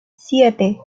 siete